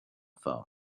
phone